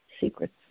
secrets